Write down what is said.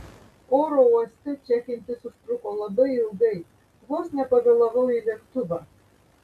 oro uoste čekintis užtruko labai ilgai vos nepavėlavau į lėktuvą